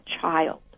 child